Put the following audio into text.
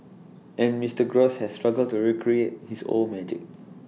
and Mister gross has struggled to recreate his old magic